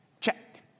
Check